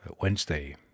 Wednesday